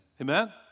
Amen